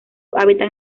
hábitat